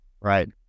Right